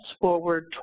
Forward